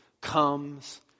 comes